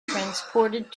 transported